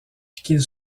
qu’ils